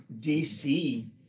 DC